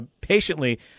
patiently